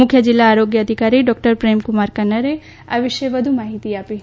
મુખ્ય જિલ્લા આરોગ્ય અધિકારી ડોક્ટર પ્રેમકુમાર કન્નરએ આ વિષે વધુ માહિતી આપી હતી